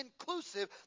inclusive